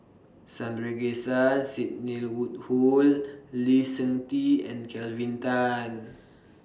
Sidney Woodhull Lee Seng Tee and Kelvin Tan